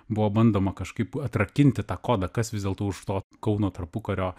buvo bandoma kažkaip atrakinti tą kodą kas vis dėlto už to kauno tarpukario